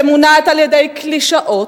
שמונעת על-ידי קלישאות,